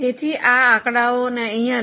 તેથી આ આંકડાઓ અહીં લો